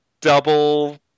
double